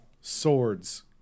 swords